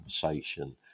conversation